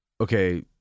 Okay